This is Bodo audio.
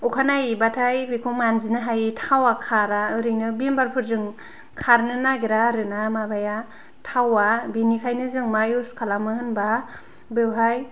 अखानायै बाथाय बेखौ मानजिनो हायै थाव खारा ओरैनो भिमबारफोरजों खारनो नागिरा आरो ना माबाया थावा बिनिखायनो जों मा इउस खालामो होनब्ला बेवहाय